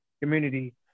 community